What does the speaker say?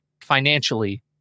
financially